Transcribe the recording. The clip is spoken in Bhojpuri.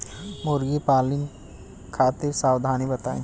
मुर्गी पालन खातिर सावधानी बताई?